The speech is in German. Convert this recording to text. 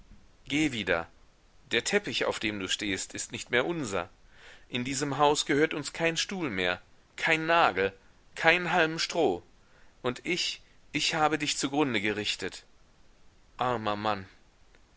geh wieder der teppich auf dem du stehst ist nicht mehr unser in diesem haus gehört uns kein stuhl mehr kein nagel kein halm stroh und ich ich habe dich zugrunde gerichtet armer mann